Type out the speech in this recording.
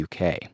UK